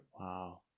Wow